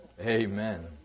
Amen